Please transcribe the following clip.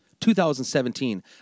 2017